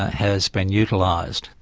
has been utilised.